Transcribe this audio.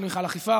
שאין בכלל אכיפה,